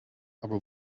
aber